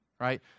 right